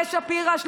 פורום קפה שפירא,